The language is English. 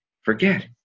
forget